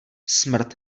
smrt